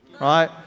right